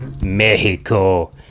Mexico